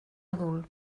adult